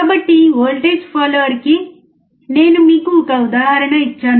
కాబట్టి వోల్టేజ్ ఫాలోయర్కి నేను మీకు ఒక ఉదాహరణ ఇచ్చాను